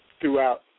throughout